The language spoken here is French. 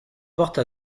porte